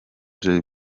jay